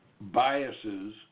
biases